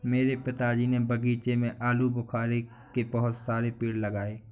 मेरे पिताजी ने बगीचे में आलूबुखारे के बहुत सारे पेड़ लगाए हैं